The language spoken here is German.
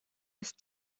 ist